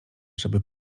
żeby